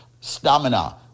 stamina